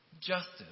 justice